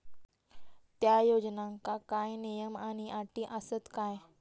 त्या योजनांका काय नियम आणि अटी आसत काय?